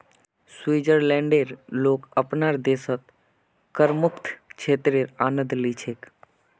स्विट्जरलैंडेर लोग अपनार देशत करमुक्त क्षेत्रेर आनंद ली छेक